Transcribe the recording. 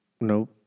Nope